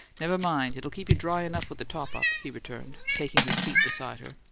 never mind it'll keep you dry enough with the top up, he returned, taking his seat beside her.